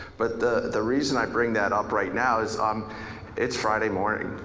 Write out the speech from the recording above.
but the the reason i bring that up right now is um it's friday morning,